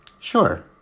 Sure